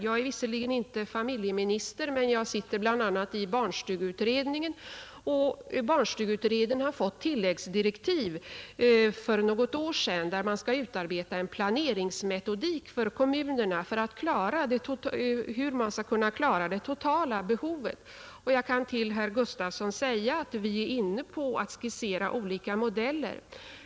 Jag är visserligen inte familjeminister, men jag sitter bl.a. i barnstugeutredningen. Denna utredning har fått tilläggsdirektiv för något år sedan om att utarbeta en planeringsmetodik för hur kommunerna skall kunna klara det totala behovet. Jag kan till herr Gustavsson säga att vi är inne på att skissera olika modeller.